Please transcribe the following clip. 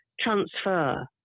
transfer